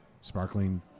sparkling